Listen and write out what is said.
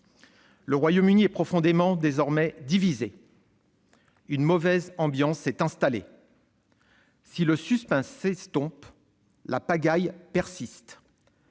Le Royaume-Uni est désormais profondément divisé. Une mauvaise ambiance s'est installée. Si le suspense s'estompe, la pagaille persiste.